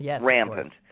rampant